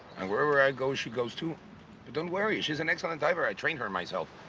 and wherever i go, she goes too. but don't worry, she's an excellent diver. i trained her myself.